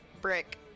Brick